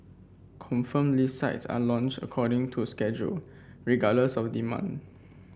confirmed list sites are launched according to schedule regardless of demand